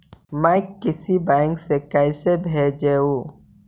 मैं किसी बैंक से कैसे भेजेऊ